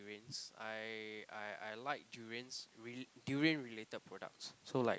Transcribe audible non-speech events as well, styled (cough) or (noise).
I means I I I like durians (noise) durian related products so like